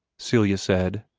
celia said,